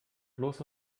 bloß